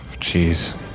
Jeez